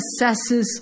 assesses